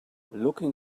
looking